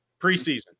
preseason